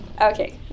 Okay